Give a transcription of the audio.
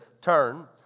turn